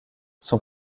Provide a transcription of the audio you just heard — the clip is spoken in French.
son